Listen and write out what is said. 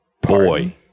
Boy